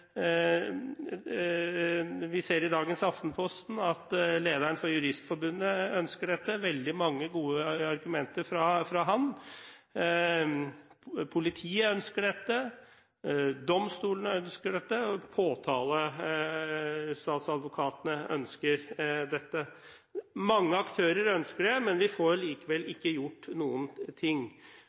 Vi ser i dagens Aftenposten at lederen for Juristforbundet ønsker dette, det er veldig mange gode argumenter fra ham. Politiet ønsker dette, domstolene ønsker dette, og påtalestatsadvokatene ønsker dette. Mange aktører ønsker det, men vi får likevel ikke gjort noen ting.